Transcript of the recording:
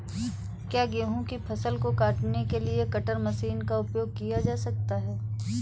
क्या गेहूँ की फसल को काटने के लिए कटर मशीन का उपयोग किया जा सकता है?